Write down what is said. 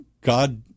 God